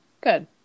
Good